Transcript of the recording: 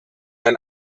ein